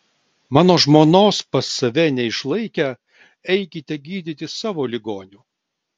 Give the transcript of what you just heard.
mano žmonos pas save neišlaikę eikite gydyti savo ligonių